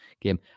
game